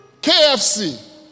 KFC